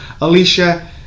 Alicia